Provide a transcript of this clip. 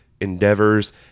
endeavors